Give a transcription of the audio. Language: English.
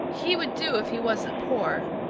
he would do if he wasn't poor.